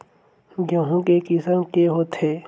गेहूं के किसम के होथे?